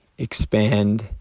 Expand